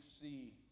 see